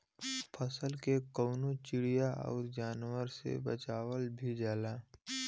फसल के कउनो चिड़िया आउर जानवरन से बचावल भी जाला